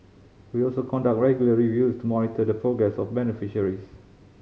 we also conduct regular reviews to monitor the progress of beneficiaries